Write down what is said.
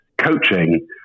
coaching